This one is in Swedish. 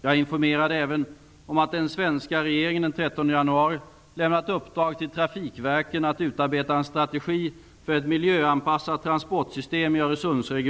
Jag informerade även om att den svenska regeringen den 13 januari lämnat uppdrag till trafikverken att utarbeta en strategi för ett miljöanpassat transportsystem i